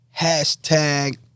Hashtag